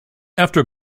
after